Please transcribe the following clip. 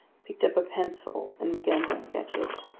picked up a pencil, and began to sketch it.